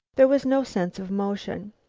there was no sense of motion.